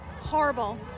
Horrible